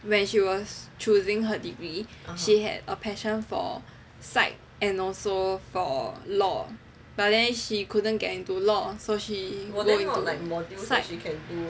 when she was choosing her degree she had a passion for psyche and also for law but then she couldn't get into law so she go into like psyche